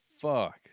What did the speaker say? fuck